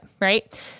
right